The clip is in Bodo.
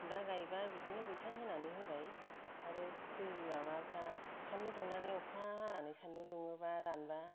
खुमरा गावबा बिदिनो बैसां होनानै होबाय आरो दै माबाफ्रा सान्दुं दुंनानै अखा हानानै सान्दुं दुङोबा रानबा